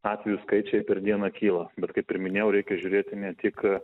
atvejų skaičiai per dieną kyla bet kaip ir minėjau reikia žiūrėti ne tik